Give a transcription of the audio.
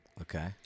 Okay